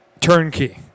Turnkey